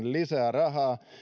lisää rahaa